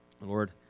Lord